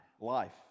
Life